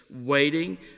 waiting